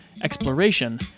exploration